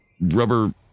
rubber